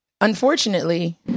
unfortunately